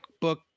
book